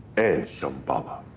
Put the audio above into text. and shambala.